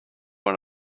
want